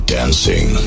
dancing